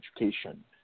Education